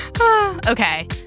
Okay